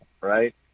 Right